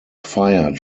fired